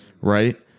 right